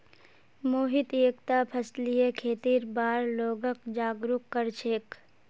मोहित एकता फसलीय खेतीर बार लोगक जागरूक कर छेक